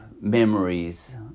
memories